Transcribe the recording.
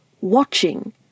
watching